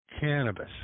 cannabis